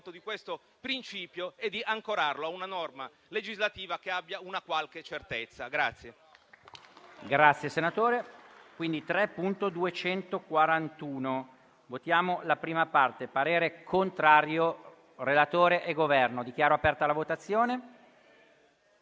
di questo principio e di ancorarlo a una norma legislativa che abbia una qualche certezza.